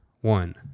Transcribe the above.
one